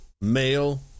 male